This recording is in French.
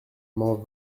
m’en